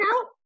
out